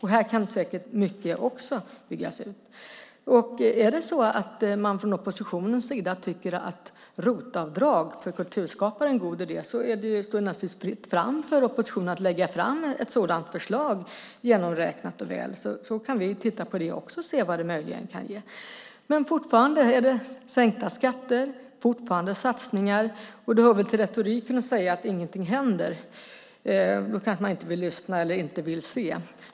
Här kan säkert mycket byggas ut. Om det är så att man från oppositionens sida tycker att ROT-avdrag för kulturskapare är en god idé är det naturligtvis fritt fram för oppositionen att lägga fram ett sådant förslag - väl genomräknat. Sedan kan vi titta på det och se vad det möjligen kan ge. Fortfarande talar man om sänkta skatter och uteblivna satsningar. Det hör väl till retoriken att säga att ingenting händer. Då kanske man inte vill lyssna eller se.